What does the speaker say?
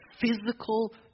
physical